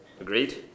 Agreed